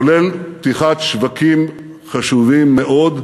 כולל פתיחת שווקים חשובים מאוד,